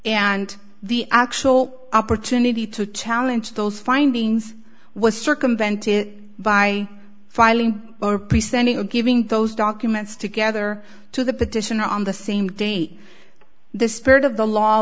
and the actual opportunity to challenge those findings was circumvented by filing or peace sending and giving those documents together to the petition on the same date the spirit of the law